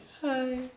Hi